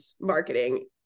marketing